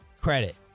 credit